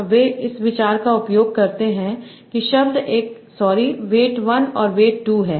और वे इस विचार का उपयोग करते हैं कि शब्द एक सॉरी वेट 1 और वेट 2 है